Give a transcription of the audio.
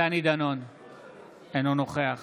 אינו נוכח